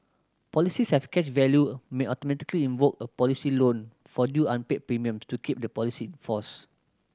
policies with cash value may automatically invoke a policy loan for due unpaid premium to keep the policy in force